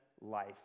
life